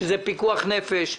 שזה פיקוח נפש.